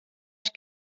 ich